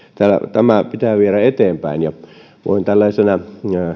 tämä pitää viedä eteenpäin voin tällaisena